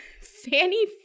Fanny